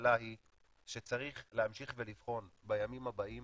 הממשלה היא שצריך להמשיך ולבחון בימים הבאים